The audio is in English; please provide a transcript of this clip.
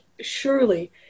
surely